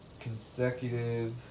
Consecutive